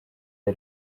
rya